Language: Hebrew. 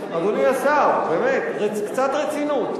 אדוני השר, באמת, קצת רצינות.